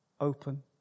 open